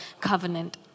covenant